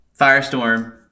Firestorm